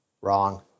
Wrong